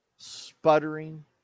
sputtering